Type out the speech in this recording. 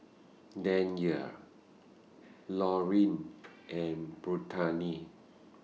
Danyell Laureen and Brittani